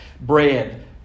bread